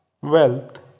Wealth